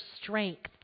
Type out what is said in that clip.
strength